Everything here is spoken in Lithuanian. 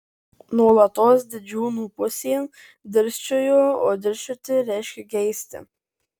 nuolatos didžiūnų pusėn dirsčiojo o dirsčioti reiškia geisti